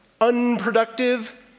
unproductive